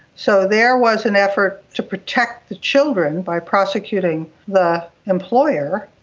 so there was an effort to protect the children by prosecuting the employer.